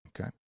Okay